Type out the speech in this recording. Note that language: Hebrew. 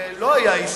שלא היה אישי,